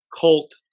cult